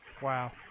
Wow